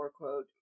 quote